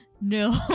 No